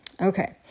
Okay